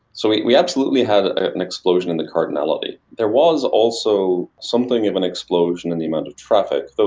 so we we absolutely had ah an explosion in the cardinality. there was also something of an explosion in the amount of traffic.